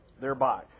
thereby